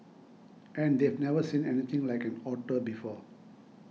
and they've never seen anything like an otter before